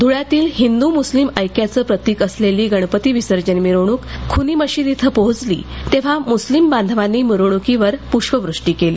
धुळ्यातली हिंदू मुस्लिम ऐक्याचं प्रतिक असलेली गणपती विसर्जन मिरवणूक खूनी मशिद इथं पोहचली तेव्हा मुस्लिम बांधवांनी मिरवणूकीवर पुष्पवृष्टी केली